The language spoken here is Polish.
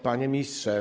Panie Ministrze!